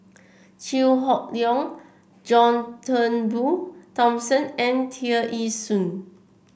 Chew Hock Leong John Turnbull Thomson and Tear Ee Soon